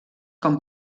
com